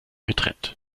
getrennt